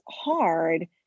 hard